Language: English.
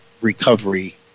recovery